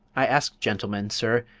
i ask gentlemen, sir,